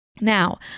Now